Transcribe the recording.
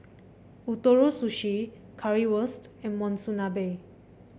Ootoro Sushi Currywurst and Monsunabe